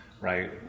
right